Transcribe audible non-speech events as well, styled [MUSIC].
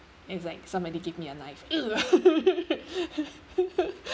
it's like somebody give me a knife ugh [LAUGHS]